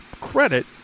credit